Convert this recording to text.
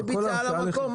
בדביט התשלום הוא על המקום.